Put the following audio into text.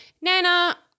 Nana